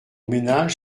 ménage